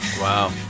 Wow